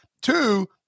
Two